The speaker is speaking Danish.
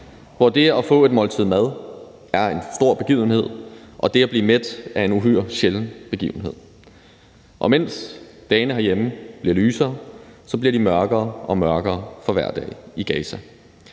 hvor det at få et måltid mad er en stor begivenhed og det at blive mæt er en uhyre sjælden begivenhed. Mens dagene herhjemme bliver lysere, bliver de mørkere og mørkere for hver dag i Gaza.